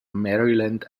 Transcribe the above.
maryland